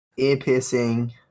ear-piercing